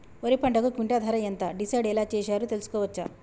వరి పంటకు క్వింటా ధర ఎంత డిసైడ్ ఎలా చేశారు తెలుసుకోవచ్చా?